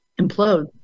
implode